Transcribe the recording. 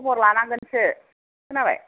खबर लानांगोनसो खोनाबाय